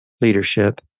leadership